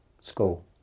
school